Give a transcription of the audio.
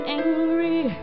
angry